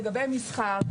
לגבי מסחר,